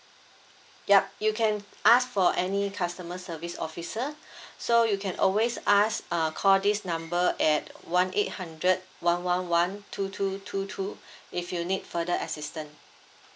yup you can ask for any customer service officer so you can always ask err call this number at one eight hundred one one one two two two two if you need further assistance